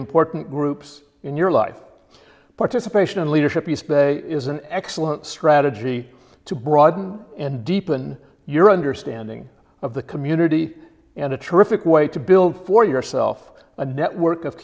important groups in your life participation and leadership eastbay is an excellent strategy to broaden and deepen your understanding of the community and a terrific way to build for yourself a network of